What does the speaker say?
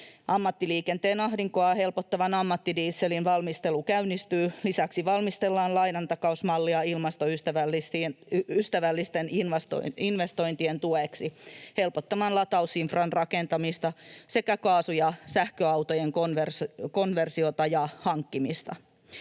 Ammattiliikenteen ahdinkoa helpottavan ammattidieselin valmistelu käynnistyy. Lisäksi valmistellaan lainantakausmallia ilmastoystävällisten investointien tueksi, helpottamaan latausinfran rakentamista sekä kaasu- ja sähköautojen konversioita ja hankkimista.